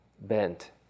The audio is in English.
bent